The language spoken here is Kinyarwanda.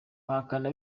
bahakana